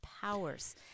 powers